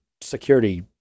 security